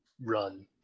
run